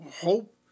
hope